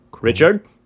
Richard